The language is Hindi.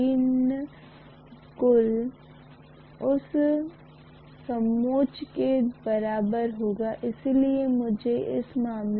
दोनों पारगम्यता नामक एक भौतिक संपत्ति से संबंधित हैं जो म्यू μ है और हमने मूल रूप से एक कंडक्टर को संभवतः हवा या वैक्यूम या जो भी हो उसमे में रखा है